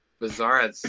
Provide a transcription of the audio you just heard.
Bizarre